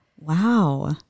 Wow